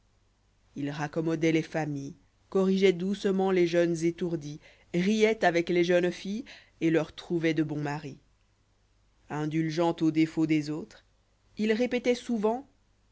ii raccommodait lëï familles corrigeoit doucement lés jeunes étourdis rioit avecles jeûnes filles et leur trouvoit de bons maris indulgent aux défauts dés autres h répétait souvent